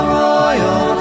royal